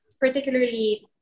particularly